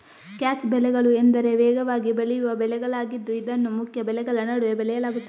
catch ಬೆಳೆಗಳು ಎಂದರೆ ವೇಗವಾಗಿ ಬೆಳೆಯುವ ಬೆಳೆಗಳಾಗಿದ್ದು ಇದನ್ನು ಮುಖ್ಯ ಬೆಳೆಗಳ ನಡುವೆ ಬೆಳೆಯಲಾಗುತ್ತದೆ